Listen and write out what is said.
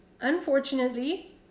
Unfortunately